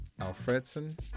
Alfredson